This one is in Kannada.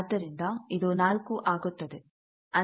ಆದ್ದರಿಂದ ಇದು 4 ಆಗುತ್ತದೆ